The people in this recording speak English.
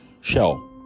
shell